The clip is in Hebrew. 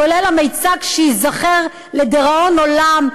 כולל המיצג שייזכר לדיראון עולם,